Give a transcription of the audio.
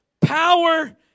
power